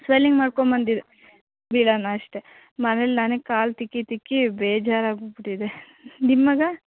swelling ಮಾಡ್ಕೊಂಡ್ ಬಂದು ಇದಾನೆ ಅಷ್ಟೇ ಮನೇಲಿ ನಾನೇ ಕಾಲು ತಿಕ್ಕಿ ತಿಕ್ಕಿ ಬೇಜಾರಾಗೋಗಿಬಿಟ್ಟಿದೆ ನಿಮ್ಮ ಮಗ